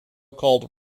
called